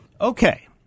Okay